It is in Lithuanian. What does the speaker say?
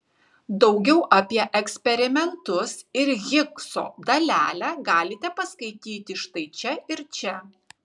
daugiau apie eksperimentus ir higso dalelę galite paskaityti štai čia ir čia